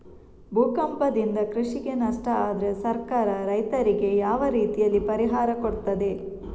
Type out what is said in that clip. ಭೂಕಂಪದಿಂದ ಕೃಷಿಗೆ ನಷ್ಟ ಆದ್ರೆ ಸರ್ಕಾರ ರೈತರಿಗೆ ಯಾವ ರೀತಿಯಲ್ಲಿ ಪರಿಹಾರ ಕೊಡ್ತದೆ?